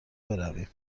برویم